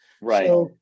right